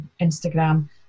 Instagram